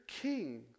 king